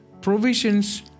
Provisions